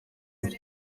afite